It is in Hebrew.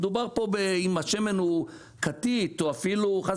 מדובר פה אם השמן הוא כתית או אפילו חס